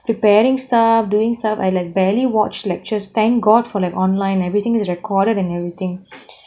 preparing staff doing stuff I like barely watched lectures thank god for like online everything is recorded and everything